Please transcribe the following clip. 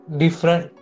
different